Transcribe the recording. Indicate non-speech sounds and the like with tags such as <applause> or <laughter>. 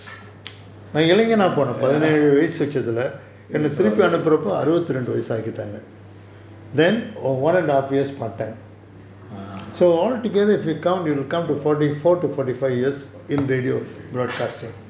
ya <laughs> ah